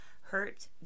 hurt